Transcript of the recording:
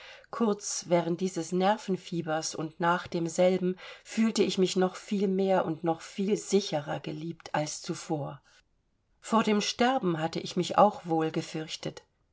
kurz während dieses nervenfiebers und nach demselben fühlte ich mich noch viel mehr und noch viel sicherer geliebt als zuvor vor dem sterben hatte ich mich auch wohl gefürchtet